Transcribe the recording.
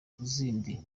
zindi